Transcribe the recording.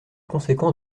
conséquent